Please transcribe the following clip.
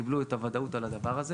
וקיבלו את הוודאות על הדבר הזה.